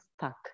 stuck